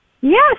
Yes